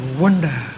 wonder